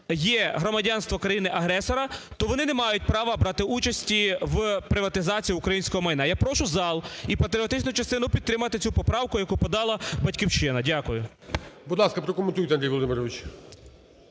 є громадянство країни-агресора, то вони не мають права брати участі в приватизації українського майна. Я прошу зал і патріотичну частину підтримати цю поправку, яку подала "Батьківщина". Дякую. ГОЛОВУЮЧИЙ. Будь ласка, прокоментуйте, Андрій Володимирович.